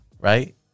right